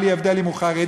בלי הבדל אם הוא חרדי,